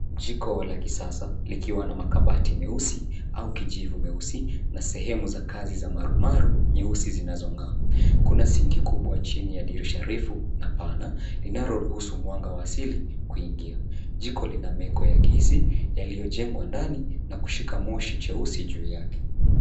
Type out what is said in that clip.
Jiko la kisasa likiwa na makabati meusi au kijivu meusi na sehemu za kazi za marumaru nyeusi zinazong'aa. Kuna sink kubwa chini ya dirisha refu na pana linaloruhusu mwanga wa asili kuingia. Jiko lina meko ya gesi yaliyojengwa ndani na kushika moshi jeusi juu yake.